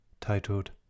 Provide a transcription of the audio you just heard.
titled